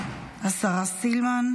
השרה סילמן.